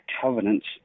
covenants